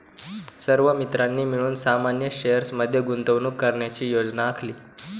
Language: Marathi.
सर्व मित्रांनी मिळून सामान्य शेअर्स मध्ये गुंतवणूक करण्याची योजना आखली